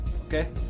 Okay